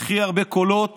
הכי הרבה קולות